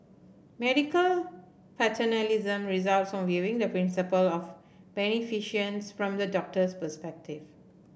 medical paternalism results from viewing the principle of beneficence from the doctor's perspective